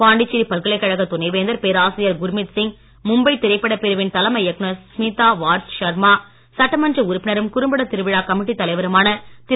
பாண்டிச்சேரி பல்கலைக்கழக துணைவேந்தர் பேராசிரியர் குர்மித் சிங் மும்பை திரைப்பட பிரிவின் தலைமை இயக்குனர் ஸ்மிதா வாட்ஸ் ஷர்மா சட்டமன்ற உறுப்பினரும் குறும்பட திருவிழா கமிட்டி தலைவருமான திரு